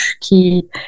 qui